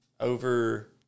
Over –